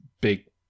big